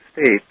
state